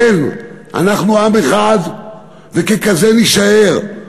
כן, אנחנו עם אחד וככזה נישאר.